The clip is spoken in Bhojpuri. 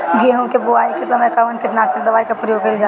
गेहूं के बोआई के समय कवन किटनाशक दवाई का प्रयोग कइल जा ला?